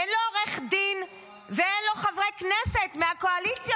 אין לו עורך דין ואין לו חברי כנסת מהקואליציה,